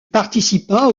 participa